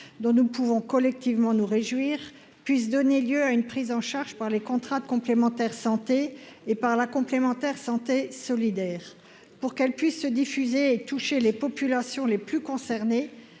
dont nous pouvons collectivement nous réjouir puisse donner lieu à une prise en charge par les contrats de complémentaire santé et par la complémentaire santé solidaire pour qu'elle puisse se diffuser et toucher les populations les plus concernées,